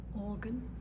organ